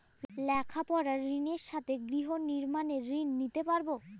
লেখাপড়ার ঋণের সাথে গৃহ নির্মাণের ঋণ নিতে পারব?